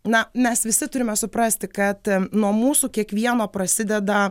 na mes visi turime suprasti kad nuo mūsų kiekvieno prasideda